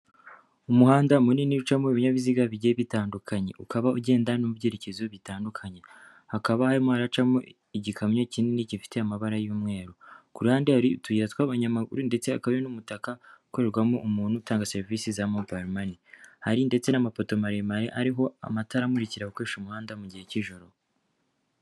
Umuhanda munini ucamo ibinyabiziga bigiye bitandukanye, ugenda no mu byerekezo bitandukanye. Hakabaho harimo igikamyo kinini gifite amabara y’umweru. Ku ruhande hari utuyira tw’abanyamaguru, ndetse akaba n'umutaka ukorerwamo umuntu utanga serivisi za mobayilo mane. Hari ndetse n’amapoto maremare ariho amatara amurikira abakoresha umuhanda mu gihe cy’ijoro.